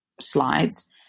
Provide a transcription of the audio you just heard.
Slides